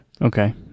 Okay